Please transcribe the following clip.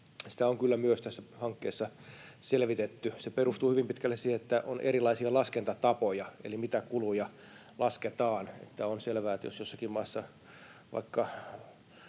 Sitä on kyllä myös tässä hankkeessa selvitetty. Se perustuu hyvin pitkälle siihen, että on erilaisia laskentatapoja: eli mitä kuluja lasketaan. On selvää, että jos jossakin maassa vaikka